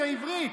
זאת עברית.